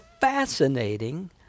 fascinating